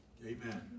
Amen